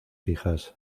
hijas